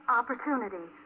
opportunity